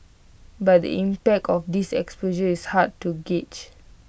but the impact of this expose is hard to gauge